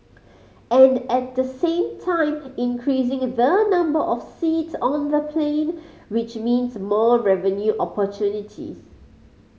and at the same time increasing the number of seats on the plane which means more revenue opportunities